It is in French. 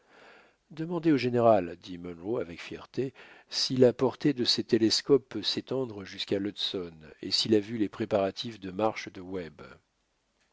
demandez au général dit munro avec fierté si la portée de ses télescopes peut s'étendre jusqu'à l'hudson et s'il a vu les préparatifs de marche de